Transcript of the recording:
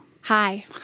Hi